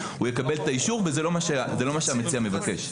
הוא יקבל את האישור וזה לא מה שהמציע מבקש.